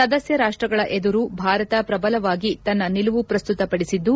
ಸದಸ್ತ ರಾಷ್ಟಗಳ ಎದುರು ಭಾರತ ಪ್ರಬಲವಾಗಿ ತನ್ನ ನಿಲುವು ಪ್ರಸ್ತುತಪಡಿಸಿದ್ದು